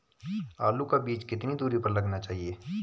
आलू का बीज कितनी दूरी पर लगाना चाहिए?